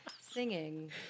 Singing